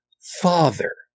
father